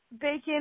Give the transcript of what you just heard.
bacon